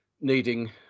needing